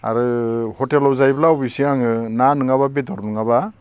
आरो हटेलाव जायोब्ला अबस्से आङो ना नङाब्ला बेदर नङाब्ला